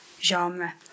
genre